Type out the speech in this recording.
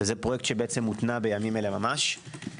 זה פרויקט שמותנע בימים אלה ממש.